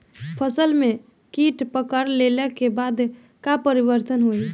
फसल में कीट पकड़ ले के बाद का परिवर्तन होई?